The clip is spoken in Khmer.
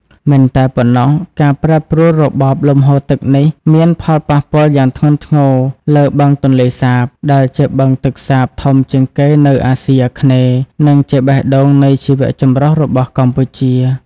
មិនតែប៉ុណ្ណោះ ការប្រែប្រួលរបបលំហូរទឹកនេះមាន ផលប៉ះពាល់យ៉ាងធ្ងន់ធ្ងរលើបឹងទន្លេសាប ដែលជាបឹងទឹកសាបធំជាងគេនៅអាស៊ីអាគ្នេយ៍ និងជាបេះដូងនៃជីវៈចម្រុះរបស់កម្ពុជា។